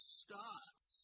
starts